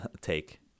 take